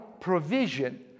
provision